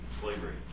slavery